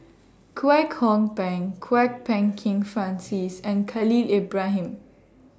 Kwek Hong Png Kwok Peng Kin Francis and Khalil Ibrahim